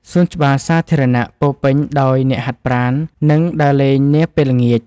សួនច្បារសាធារណៈពោរពេញដោយអ្នកហាត់ប្រាណ និងដើរលេងនាពេលល្ងាច។